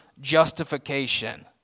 justification